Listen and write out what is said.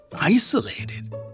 isolated